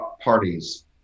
parties